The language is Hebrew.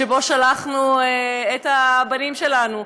שבו שלחנו את הבנים שלנו,